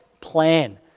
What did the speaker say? plan